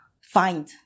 find